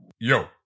yo